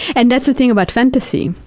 and that's the thing about fantasy,